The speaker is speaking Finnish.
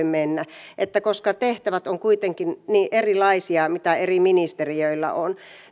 mennä koska tehtävät ovat kuitenkin niin erilaisia mitä eri ministeriöillä on